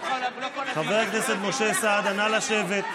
לא כל הזמן, חבר הכנסת משה סעדה, נא לשבת.